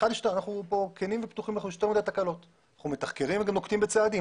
אנחנו מתחקרים ונוקטים בצעדים.